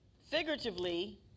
Figuratively